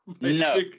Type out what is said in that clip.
No